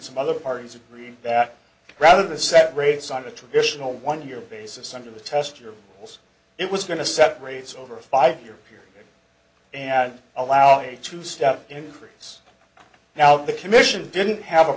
some other parties agree that rather the set rates on the traditional one year basis under the tester it was going to set rates over a five year period and allow it to step increase now the commission didn't have a